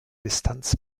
distanz